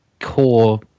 core